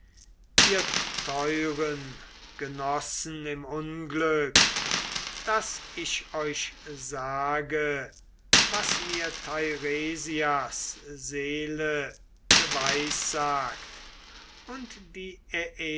ihr teuren genossen im unglück daß ich euch sage was mir teiresias seele geweissagt und die